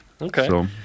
Okay